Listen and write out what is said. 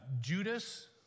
Judas